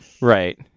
Right